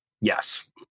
yes